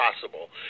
possible